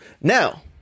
Now